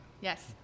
Yes